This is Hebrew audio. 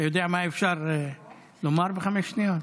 אתה יודע מה אפשר לומר בחמש שניות?